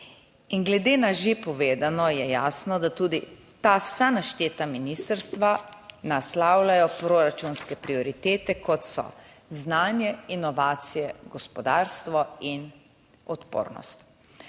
glede na že povedano je jasno, da tudi ta vsa našteta ministrstva naslavljajo proračunske prioritete kot so znanje, inovacije, gospodarstvo in odpornost.